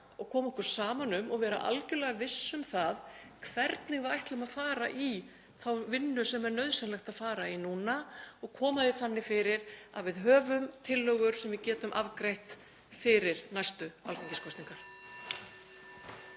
koma okkur saman um og vera algjörlega viss um það hvernig við ætlum að fara í þá vinnu sem er nauðsynlegt að fara í núna og koma því þannig fyrir að við höfum tillögur sem við getum afgreitt fyrir næstu alþingiskosningar.